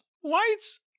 whites